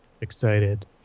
excited